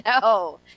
no